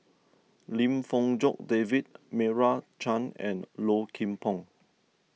Lim Fong Jock David Meira Chand and Low Kim Pong